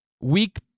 weak